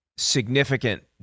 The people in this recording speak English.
significant